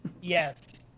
Yes